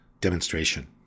demonstration